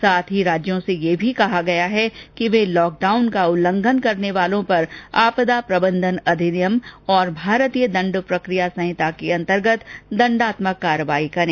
साथ ही राज्यों से ये भी कहा गया है कि वे लॉकडाउन का उल्लंघन करने वालों पर आपदा प्रबंधन अधिनियम और भारतीय दंड प्रक्रिया संहिता के अंतर्गत दंडात्मक कार्रवाई करें